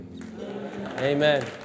Amen